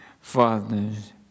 fathers